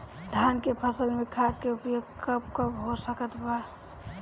धान के फसल में खाद के उपयोग कब कब हो सकत बा?